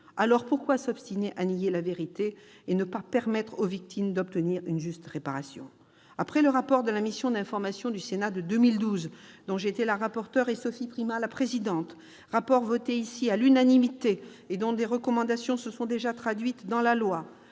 Alors, pourquoi s'obstiner à nier la vérité et ne pas permettre aux victimes d'obtenir une juste réparation ? Après le rapport de la mission d'information du Sénat de 2012, dont j'étais la rapporteur et Sophie Primas la présidente, qui a été voté à l'unanimité et dont des recommandations se sont déjà traduites dans la loi,